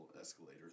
escalator